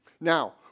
Now